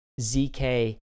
ZK